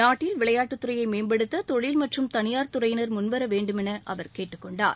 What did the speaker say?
நாட்டில் விளையாட்டுத் துறையை மேம்படுத்த தொழில் மற்றும் தனியார் துறையினர் முன்வர வேண்டுமென அவர் கேட்டுக்கொண்டார்